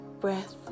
breath